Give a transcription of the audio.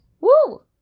Woo